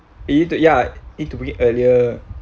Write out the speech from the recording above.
you need to ya need to be earlier